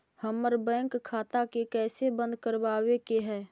हमर बैंक खाता के कैसे बंद करबाबे के है?